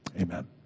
Amen